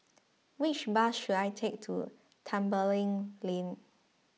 which bus should I take to Tembeling Lane